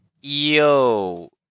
Yo